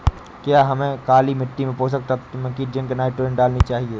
क्या हमें काली मिट्टी में पोषक तत्व की जिंक नाइट्रोजन डालनी चाहिए?